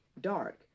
dark